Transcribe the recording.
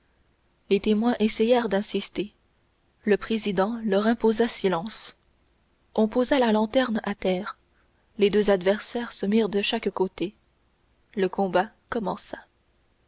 les témoins essayèrent d'insister le président leur imposa silence on posa la lanterne à terre les deux adversaires se mirent de chaque côté le combat commença